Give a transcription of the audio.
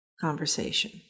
conversation